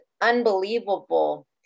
unbelievable